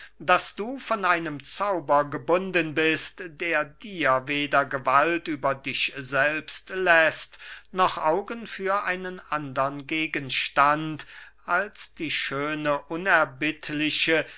daß du von einem zauber gebunden bist der dir weder gewalt über dich selbst läßt noch augen für einen andern gegenstand als die schöne unerbittliche